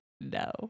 no